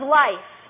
life